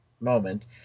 moment